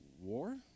War